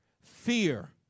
fear